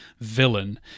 villain